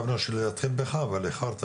מי שידבר, שיציג את